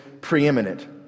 preeminent